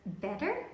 better